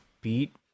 beat